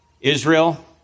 Israel